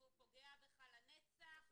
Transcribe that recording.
ולכן הילדה לא קיבלה את המרב שהיא זכאית לו.